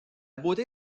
beauté